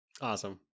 Awesome